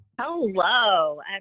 Hello